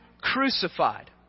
crucified